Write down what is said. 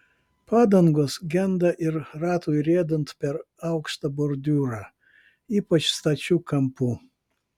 padangos genda ir ratui riedant per aukštą bordiūrą ypač stačiu kampu